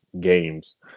games